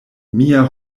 mia